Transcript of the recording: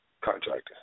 Contractor